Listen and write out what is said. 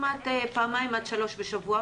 כמעט פעמיים-שלוש בשבוע,